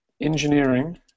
engineering